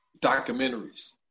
documentaries